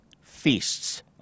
feasts